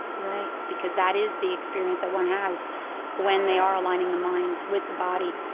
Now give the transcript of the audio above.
right. because that is the experience that one has when they are aligning the mind with the body.